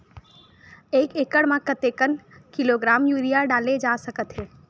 एक एकड़ म कतेक किलोग्राम यूरिया डाले जा सकत हे?